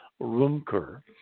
Rumker